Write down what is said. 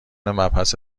مبحث